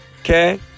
Okay